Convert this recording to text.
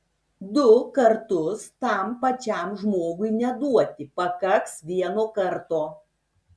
du kartus tam pačiam žmogui neduoti pakaks vieno karto